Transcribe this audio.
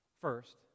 First